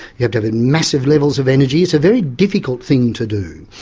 you have to have massive levels of energy it's a very difficult thing to do.